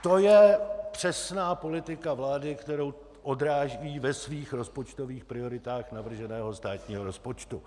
To je přesná politika vlády, kterou odráží ve svých rozpočtových prioritách navrženého státního rozpočtu.